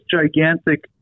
gigantic